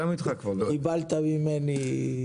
קיבלת ממני.